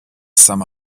some